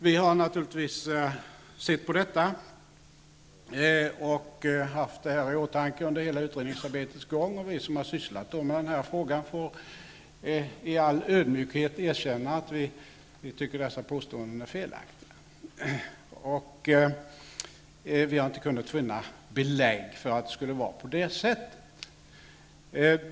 Vi har naturligtvis studerat detta och haft det i åtanke under hela utredningsarbetets gång. Vi som har sysslat med denna fråga får i all ödmjukhet erkänna att vi tycker dessa påståenden är felaktiga. Vi har inte kunnat finna belägg för att det skulle vara på det sättet.